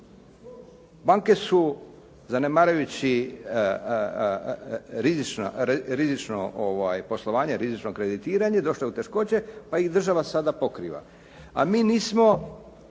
Banke su zanemarujući rizično poslovanje, rizično kreditiranje, došle u teškoće, pa ih država sada pokriva, a mi nismo